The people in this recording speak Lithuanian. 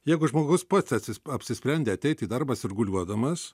jeigu žmogus pats atsi apsisprendė ateiti į darbą sirguliuodamas